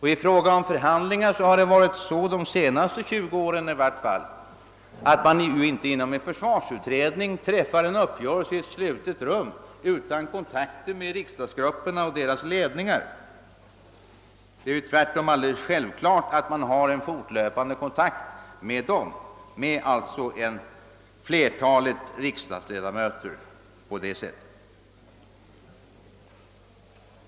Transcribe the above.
I fråga om förhandlingarna där har det — i varje fall under de senaste 20 åren — varit så, att man inte träffar en uppgörelse i ett slutet rum utan kontakter med riksdagsgrupperna och deras ledningar. Det är tvärtom självklart att man fortlöpande håller kontakt med dem, alltså med flertalet riksdagsledamöter.